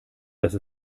dass